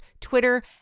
Twitter